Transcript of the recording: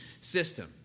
system